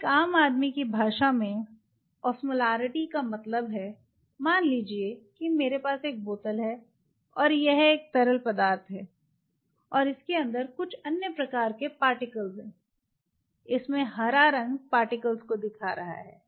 तो एक आम आदमी की भाषा में ओस्मोलॉरिटी का मतलब है मान लीजिए कि मेरे पास एक बोतल है और यह तरल पदार्थ है और इसके अंदर कुछ अन्य प्रकार के पार्टिकल्स हैं इसमें हरा रंग पार्टिकल्स को दिखा रहै है